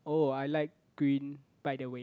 oh I like green by the way